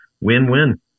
Win-win